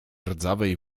rdzawej